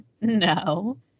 no